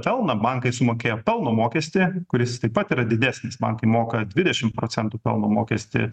pelną bankai sumokėjo pelno mokestį kuris taip pat yra didesnis bankai moka dvidešimt procentų pelno mokestį